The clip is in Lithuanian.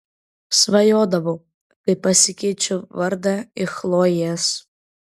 svajodavau kaip pasikeičiu vardą į chlojės